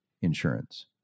Insurance